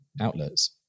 outlets